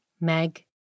Meg